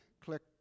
click